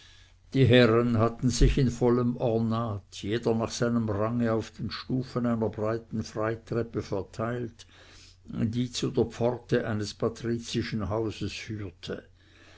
die herren hatten sich in vollem ornat jeder nach seinem range auf den stufen einer breiten freitreppe verteilt die zu der pforte eines patrizischen hauses führte